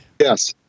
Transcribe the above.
Yes